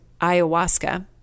ayahuasca